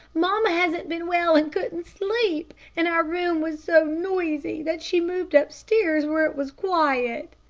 mamma hasn't been well and couldn't sleep, and our room was so noisy that she moved upstairs where it was quiet.